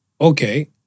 okay